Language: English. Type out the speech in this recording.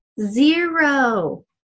zero